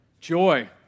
Joy